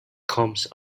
comes